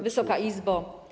Wysoka Izbo!